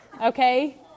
okay